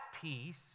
peace